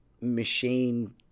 machine